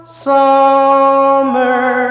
summer